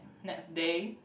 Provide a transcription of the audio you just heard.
next day